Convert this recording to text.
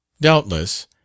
Doubtless